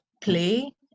play